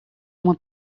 uma